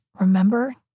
remember